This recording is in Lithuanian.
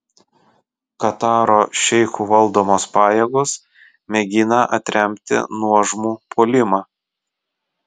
kataro šeichų valdomos pajėgos mėgina atremti nuožmų puolimą